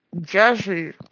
Jesse